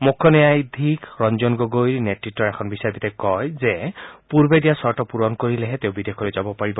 মুখ্য ন্যায়াধীশ ৰঞ্জন গগৈৰ নেতৃতৰ এখন বিচাৰপীঠে কয় যে পূৰ্বে দিয়া চৰ্ত পূৰণ কৰিলেহে তেওঁ বিদেশলৈ যাব পাৰিব